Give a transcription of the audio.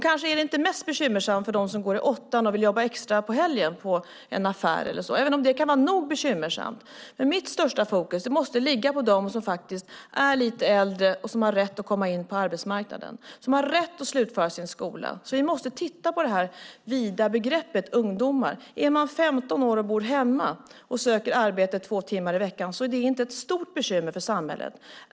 Kanske är det inte mest bekymmersamt för dem som går i 8:an och vill jobba extra på helgen i en affär - även om det kan vara nog så bekymmersamt. Mitt största fokus måste dock ligga på dem som är lite äldre som har rätt att komma in på arbetsmarknaden och som har rätt att slutföra sin skola. Vi måste alltså titta på det vida begreppet ungdomar. Är man 15 år och bor hemma och söker arbete två timmar i veckan är det inte ett stort bekymmer för samhället.